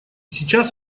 сейчас